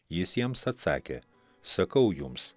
jis jiems atsakė sakau jums